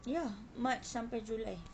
ya march sampai july